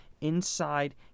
inside